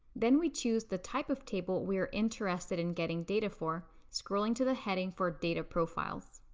then we choose the type of table we're interested in getting data for, scrolling to the heading for data profiles.